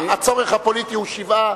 הצורך הפוליטי הוא שבעה.